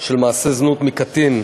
של מעשה זנות מקטין,